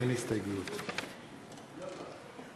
אדוני היושב-ראש,